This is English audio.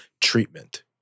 treatment